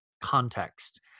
context